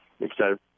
excited